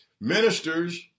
Ministers